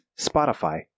Spotify